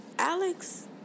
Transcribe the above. Alex